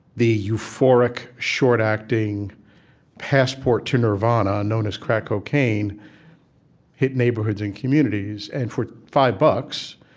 the euphoric, short-acting passport to nirvana known as crack cocaine hit neighborhoods and communities. and for five bucks,